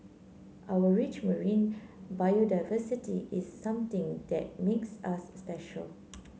our rich marine biodiversity is something that makes us special